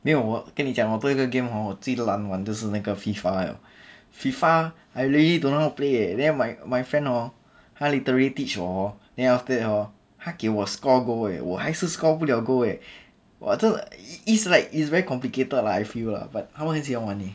没有我跟你讲 hor 多一个 game hor 最难玩的就是那个 FIFA liao FIFA I really don't know how to play eh then my my friend hor 他 literary teach 我 hor then after that hor 他给我 score goal leh 我还是 score 不了 goal eh !wah! 真的 is like it's very complicated lah I feel lah but 他们很喜欢玩 eh